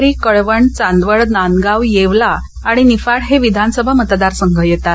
दिंडोरी कळवण चांदवड नांदगाव येवला आणि निफाड हे विधानसभा मतदारसंघ येतात